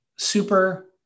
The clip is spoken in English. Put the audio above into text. Super